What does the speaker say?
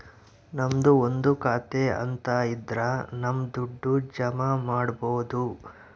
ನಮ್ದು ಒಂದು ಖಾತೆ ಅಂತ ಇದ್ರ ನಮ್ ದುಡ್ಡು ಜಮ ಮಾಡ್ಬೋದು